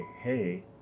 hey